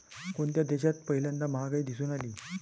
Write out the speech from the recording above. कोणत्या देशात पहिल्यांदा महागाई दिसून आली?